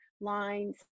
lines